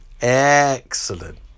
Excellent